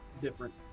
different